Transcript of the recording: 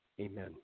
Amen